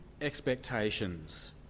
expectations